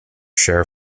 share